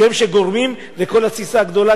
שהן שגורמות לכל התסיסה הגדולה,